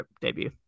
debut